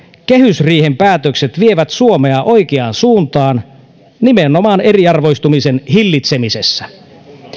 kehysriihen päätökset vievät suomea oikeaan suuntaan nimenomaan eriarvoistumisen hillitsemisessä